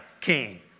king